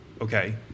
okay